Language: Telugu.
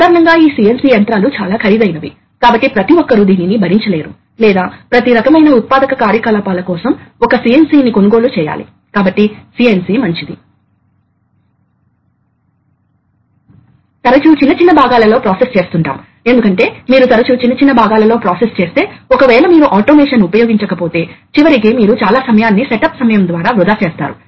కాబట్టి ఇది అదే కాన్సెప్ట్ కాబట్టి కొన్నిసార్లు ఇది జరుగుతుంది ఉదాహరణకు వివిధ పరిమాణాల ఆబ్జెక్ట్స్ క్లేమ్ప్ చేయాలి కొన్ని ఆబ్జెక్ట్స్ పెద్దవి కావచ్చు కొన్ని ఆబ్జెక్ట్స్ చిన్నవి కావచ్చు కాబట్టి కదులుతున్న ఒక యాక్యుయేటర్ ను కలిగి ఉన్నారు మరియు అది ఆబ్జెక్ట్ ను కలిసినప్పుడు క్లేమ్పింగ్ ఫోర్స్ సహాయంతో ఆబ్జెక్ట్ క్లేమ్ప అయ్యే వరకు పుష్ చేస్తుంది